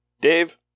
Dave